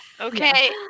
Okay